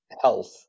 health